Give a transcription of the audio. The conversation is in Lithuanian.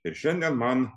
ir šiandien man